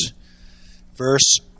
verse